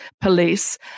police